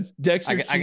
Dexter